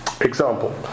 example